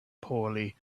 poorly